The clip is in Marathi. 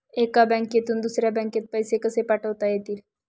एका बँकेतून दुसऱ्या बँकेत पैसे कसे पाठवता येतील?